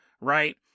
right